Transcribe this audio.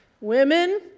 Women